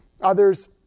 Others